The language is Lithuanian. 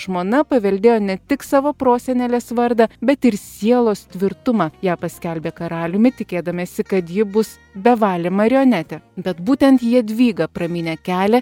žmona paveldėjo ne tik savo prosenelės vardą bet ir sielos tvirtumą ją paskelbė karaliumi tikėdamiesi kad ji bus bevalė marionetė bet būtent jadvyga pramynė kelią